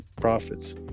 profits